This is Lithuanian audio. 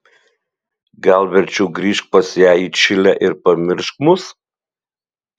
gal verčiau grįžk pas ją į čilę ir pamiršk mus